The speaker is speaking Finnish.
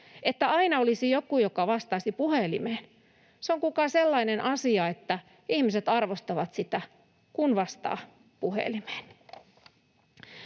että aina olisi joku, joka vastaisi puhelimeen? Se on kuulkaa sellainen asia, että ihmiset arvostavat sitä, että vastaa puhelimeen.